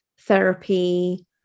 therapy